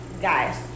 guys